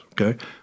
okay